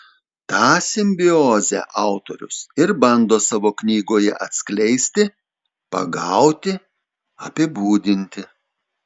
tą simbiozę autorius ir bando savo knygoje atskleisti pagauti apibūdinti